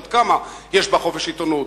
עד כמה יש בה חופש עיתונות,